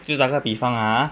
就打个比方啊